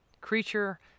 creature